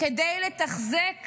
כדי לתחזק